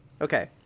Okay